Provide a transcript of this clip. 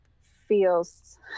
feels